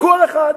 כל אחד.